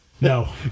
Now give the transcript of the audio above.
No